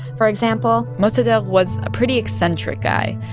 for example mossadegh was a pretty eccentric guy,